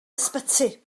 ysbyty